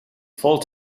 full